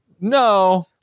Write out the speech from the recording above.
No